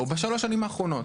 או בשלוש השנים האחרונות,